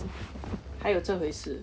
还有这回事